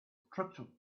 structure